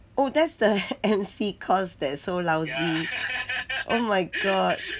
oh that's the emcee course that's so lousy oh my gosh